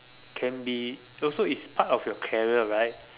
can be also it is part of your career right